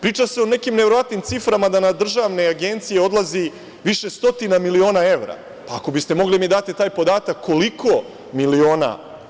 Priča se o nekim neverovatnim ciframa, da na državne agencije odlazi više stotina miliona evra, pa ako biste mogli da mi date taj podatak koliko miliona?